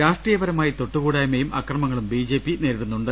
രാഷ്ട്രീയപരമായി തൊട്ടുകൂടായ്മയും അക്രമങ്ങളും ബിജെപി നേരിടുന്നുണ്ട്